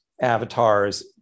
avatars